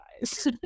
guys